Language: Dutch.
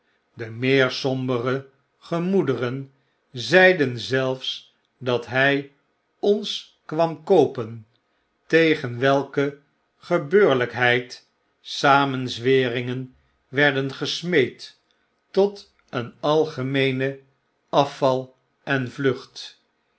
de meer sombere femoederen zeiden zelfs dat hy ons kwam oopen tegen welke gebeurlykheid samenzweringen werden gesmeed tot een algemeenen afval en vlucht